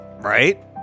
Right